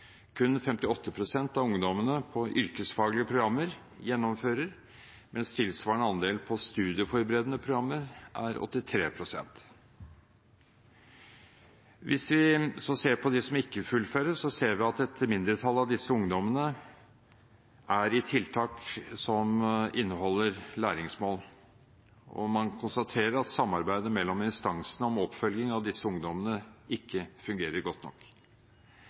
Kun 58 pst. av ungdommene på yrkesfaglige programmer gjennomfører, mens tilsvarende andel på studieforberedende programmer er 83 pst. Hvis vi ser på dem som ikke fullfører, ser vi at et mindretall av disse ungdommene er i tiltak som inneholder læringsmål. Man konstaterer at samarbeidet mellom instansene om oppfølging av disse ungdommene ikke fungerer godt nok.